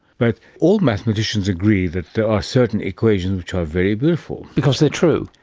but all mathematicians agree that there are certain equations which are very beautiful. because they are true.